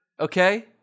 okay